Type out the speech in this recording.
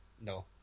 No